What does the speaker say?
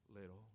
little